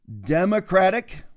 Democratic